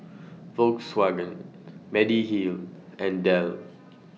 Volkswagen Mediheal and Dell